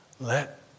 let